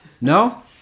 No